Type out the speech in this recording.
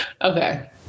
okay